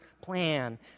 plan